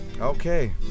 okay